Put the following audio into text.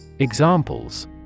Examples